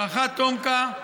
רח"ט תומכ"א,